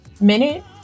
minute